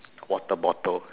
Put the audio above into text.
water bottle